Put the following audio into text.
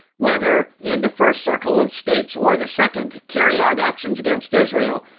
whether in the first circle of states or the second, carry out actions against israel,